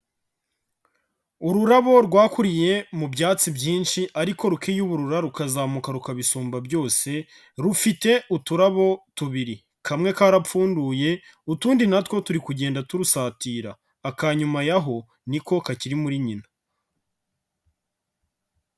Ururabo rwakuriye mu byatsi byinshi ariko rukiyuburura rukazamuka rukabishumba byose rufite uturabo tubiri, kamwe karapfunduye utundi natwo turi kugenda turusatira, akanyuma y'aho ni ko kakiri muri nyina.